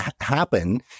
happen